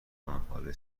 کانالهای